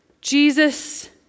Jesus